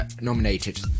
nominated